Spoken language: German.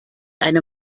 eine